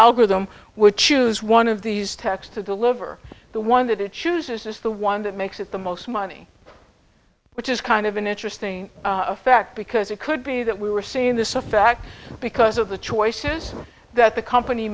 algorithm would choose one of these texts to deliver the one that it chooses is the one that makes it the most money which is kind of an interesting effect because it could be that we were seeing this effect because of the choices that the company